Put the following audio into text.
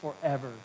forever